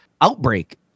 outbreak